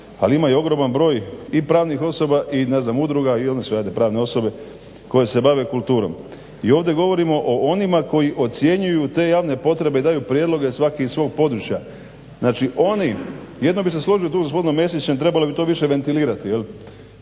Ali ima i ogroman broj i pravnih osoba i ne znam udruga i one su hajde pravne osobe koje se bave kulturom. I ovdje govorimo o onima koji ocjenjuju te javne potrebe i daju prijedloge svaki iz svoga područja. Znači oni, jedino bih se tu složio sa gospodinom Mesićem trebalo bi to više ventilirati, što